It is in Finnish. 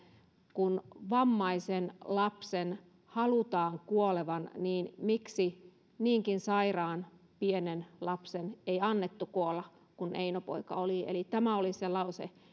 kun vammaisen lapsen halutaan kuolevan niin miksi niinkin sairaan pienen lapsen ei annettu kuolla kuin eino poika oli tämä oli se lause